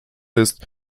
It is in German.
ist